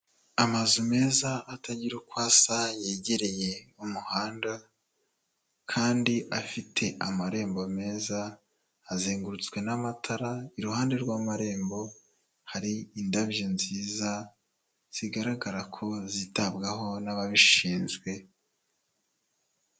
Amazu meza atagira uko asa yegereye umuhanda kandi afite amarembo meza, azengurutswe n'amatara, iruhande rw'amarembo hari indabyo nziza zigaragara ko zitabwaho n'ababishinzwe.